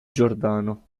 giordano